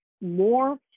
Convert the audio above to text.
more